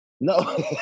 No